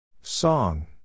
Song